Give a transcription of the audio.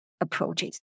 approaches